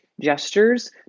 gestures